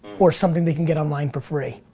or something they can get online for free.